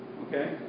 Okay